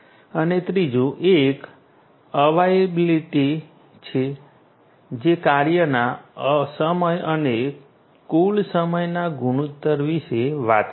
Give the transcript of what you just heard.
અને ત્રીજું એક અવાઈલીબીલીટી છે જે કાર્યના સમય અને કુલ સમયના ગુણોત્તર વિશે વાત કરે છે